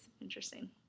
Interesting